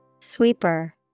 Sweeper